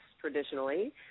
traditionally